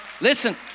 Listen